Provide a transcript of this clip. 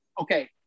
Okay